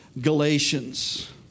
Galatians